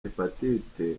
hepatite